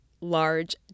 large